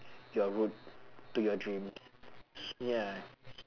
your route to your dreams so ya